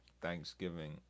Thanksgiving